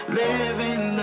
living